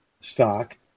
stock